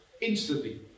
Instantly